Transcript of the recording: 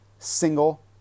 single